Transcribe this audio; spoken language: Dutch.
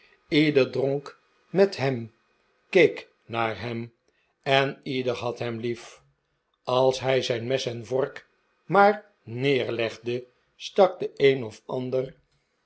leder dronk met hem keek naar hem en ieder had hem lief als hij zijn mes en vork maar neerlegde stak de een of ander